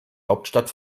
hauptstadt